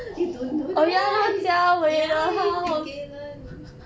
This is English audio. you don't know that ya he's in galen